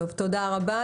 תודה רבה.